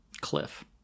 cliff